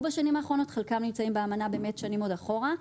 בשנים האחרונות וחלקם נמצאים באמנה באמת עוד שנים אחורה.